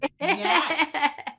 Yes